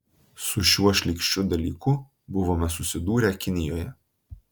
su šiuo šlykščiu dalyku buvome susidūrę kinijoje